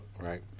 Right